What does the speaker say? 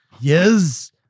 Yes